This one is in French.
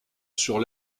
sur